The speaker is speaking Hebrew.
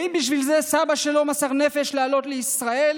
האם בשביל זה סבא שלו מסר נפש לעלות לישראל,